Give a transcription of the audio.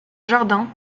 jardin